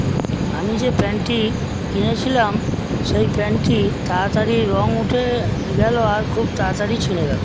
আমি যে প্যান্টটি কিনেছিলাম সেই প্যান্টটি তাড়াতাড়ি রঙ উঠে গেলো আর খুব তাড়াতাড়ি ছিঁড়ে গেলো